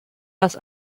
das